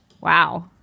wow